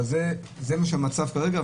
אבל זה המצב כרגע,